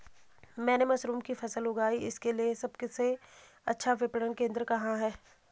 मैंने मशरूम की फसल उगाई इसके लिये सबसे अच्छा विपणन केंद्र कहाँ है?